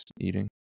eating